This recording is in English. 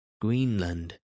Greenland